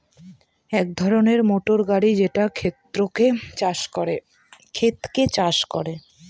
এক ধরনের মোটর গাড়ি যেটা ক্ষেতকে চাষ করে